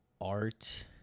art